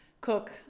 Cook